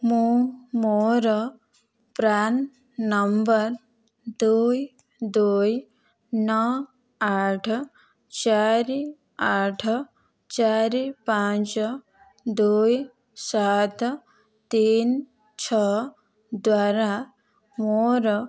ମୁଁ ମୋର ପ୍ରାନ୍ ନମ୍ବର ଦୁଇ ଦୁଇ ନଅ ଆଠ ଚାରି ଆଠ ଚାରି ପାଞ୍ଚ ଦୁଇ ସାତ ତିନି ଛଅ ଦ୍ଵାରା ମୋର